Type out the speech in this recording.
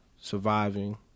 surviving